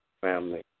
family